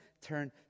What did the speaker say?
turn